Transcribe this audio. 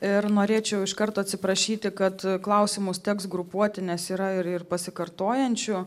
ir norėčiau iš karto atsiprašyti kad klausimus teks grupuoti nes yra ir pasikartojančių